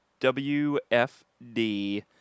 WFD